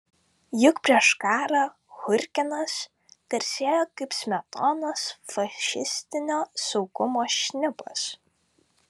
juk prieš karą churginas garsėjo kaip smetonos fašistinio saugumo šnipas